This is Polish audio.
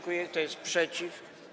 Kto jest przeciw?